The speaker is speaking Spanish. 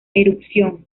erupción